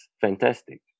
fantastic